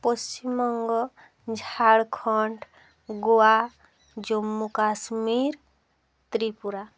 Paschimbanga Jharkhand Goa Jammu Kashmir Tripura